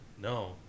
No